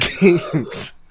games